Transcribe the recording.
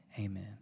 amen